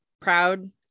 proud